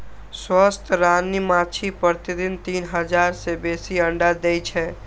स्वस्थ रानी माछी प्रतिदिन तीन हजार सं बेसी अंडा दै छै